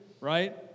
right